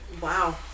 Wow